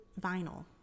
vinyl